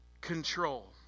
control